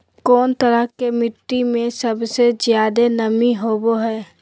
कौन तरह के मिट्टी में सबसे जादे नमी होबो हइ?